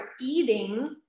eating